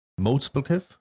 multiplicative